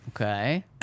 Okay